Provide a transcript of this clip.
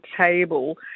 table